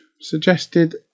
suggested